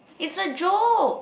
it's a joke